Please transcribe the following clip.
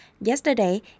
Yesterday